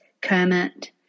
Kermit